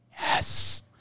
Yes